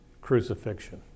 crucifixion